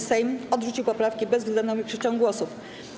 Sejm odrzucił poprawki bezwzględną większością głosów.